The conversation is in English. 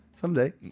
someday